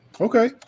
Okay